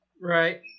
Right